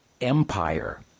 Empire